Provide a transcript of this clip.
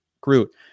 Groot